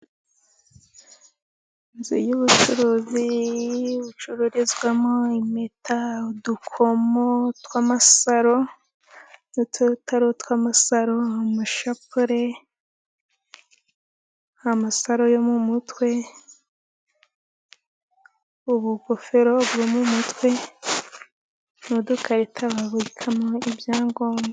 Inzu y'ubucuruzi bucururizwamo impeta, udukomo tw'amasaro, n'ututari utw'amasaro, amashapure, amasaro yo mu mutwe, ubugofero bwo mu mutwe, n'udukarita babikamo ibyangombwa.